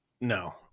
No